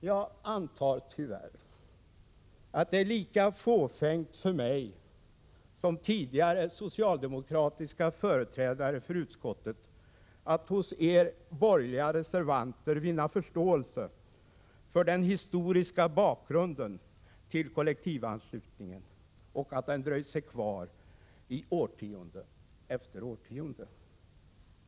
Jag antar att det tyvärr är lika fåfängt för mig som för tidigare socialdemokratiska företrädare för utskottet att hos er borgerliga reservanter vinna förståelse för den historiska bakgrunden till kollektivanslutningen och för det faktum att kollektivanslutningen dröjt sig kvar i årtionde efter årtionde.